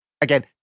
again